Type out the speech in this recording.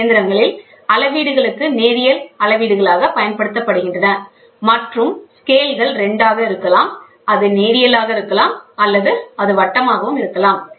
C இயந்திரங்களில் அளவீடுகளுக்கு நேரியல் அளவீடுகளாகப் பயன்படுத்தப்படுகின்றன மற்றும் ஸ்கேல்கள் 2 ஆக இருக்கலாம் அது நேரியல் ஆக இருக்கலாம் அது வட்டமாக இருக்கலாம்